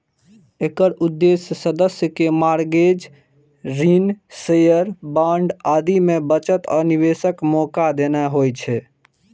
एकर उद्देश्य सदस्य कें मार्गेज, ऋण, शेयर, बांड आदि मे बचत आ निवेशक मौका देना होइ छै